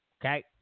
Okay